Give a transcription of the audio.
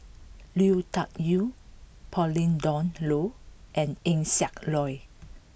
Lui Tuck Yew Pauline Dawn Loh and Eng Siak Loy